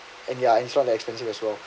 and ya it's really expensive as well